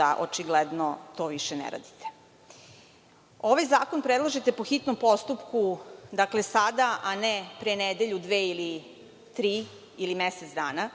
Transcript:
da očigledno to više ne radite. Ovaj zakon predlažete po hitnom postupku, dakle sada, a ne pre nedelju, dve ili tri, ili mesec dana.